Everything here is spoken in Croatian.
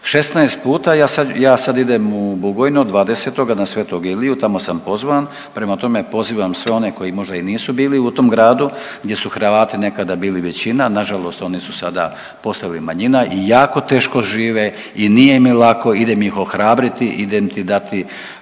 16 puta, ja sad idem u Bugojno 20. na sv. Iliju, tamo sam pozvan, prema tome pozivam sve one koji možda i nisu bili u tom gradu, gdje su Hrvati nekada bili većina, nažalost oni su sada postali manjina i jako teško žive i nije im lako, idem ih ohrabriti, idem ti dati